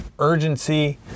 urgency